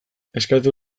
eskatu